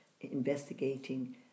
investigating